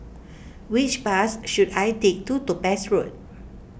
which bus should I take to Topaz Road